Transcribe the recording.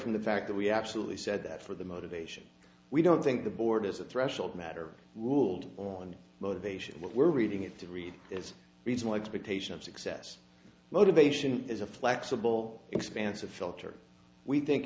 from the fact that we actually said that for the motivation we don't think the board is a threshold matter ruled on motivation what we're reading it to read is regional expectation of success motivation is a flexible expansive filter we think